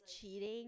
cheating